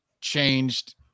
changed